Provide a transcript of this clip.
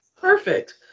perfect